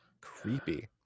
creepy